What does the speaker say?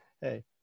hey